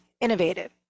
innovative